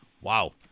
Wow